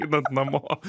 einant namo